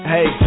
Hey